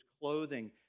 clothing